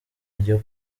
ryo